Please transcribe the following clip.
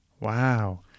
wow